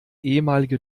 ehemalige